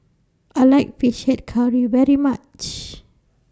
I like Fish Head Curry very much